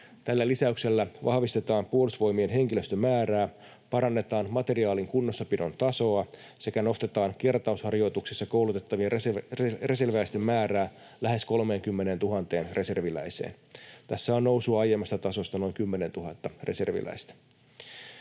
Tällä lisäyksellä vahvistetaan Puolustusvoimien henkilöstön määrää, parannetaan materiaalin kunnossapidon tasoa sekä nostetaan kertausharjoituksissa koulutettavien reserviläisten määrää lähes 30 000 reserviläiseen. Tässä on nousua aiemmasta tasosta noin 10 000 reserviläistä.